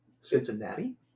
Cincinnati